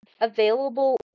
available